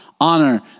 Honor